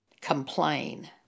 complain